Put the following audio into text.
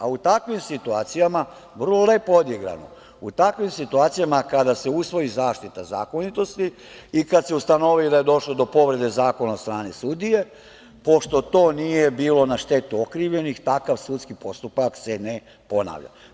Vrlo lepo odigrano, u takvim situacijama kada se usvoji zaštita zakonitosti i kada se ustanovi da je došlo do povrede zakona od strane sudije, pošto to nije bilo na štetu okrivljenih, takav sudski postupak se ne ponavlja.